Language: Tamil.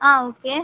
ஆ ஓகே